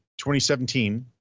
2017